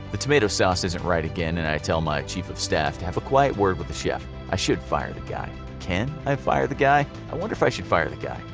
the tomato sauce isn't right again and i tell my chief of staff to have a quiet word with the chef. i should fire the guy. can i fire the guy. i wonder if i should fire the guy.